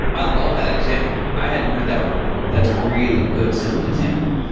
i love that example. i hadn't heard that one before. but that's a really good simple example.